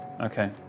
Okay